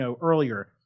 earlier